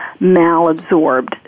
malabsorbed